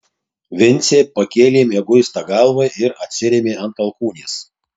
vincė pakėlė mieguistą galvą ir atsirėmė ant alkūnės